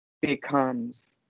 becomes